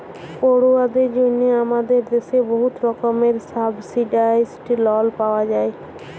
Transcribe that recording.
পড়ুয়াদের জ্যনহে আমাদের দ্যাশে বহুত রকমের সাবসিডাইস্ড লল পাউয়া যায়